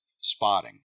spotting